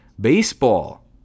baseball